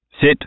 Sit